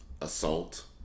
assault